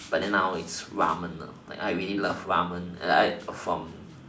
but then now it's ramen I really love ramen from